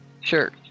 sure